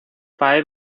five